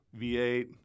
V8